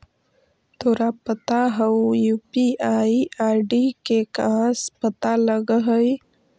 तोरा पता हउ, यू.पी.आई आई.डी के कहाँ से पता लगऽ हइ?